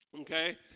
okay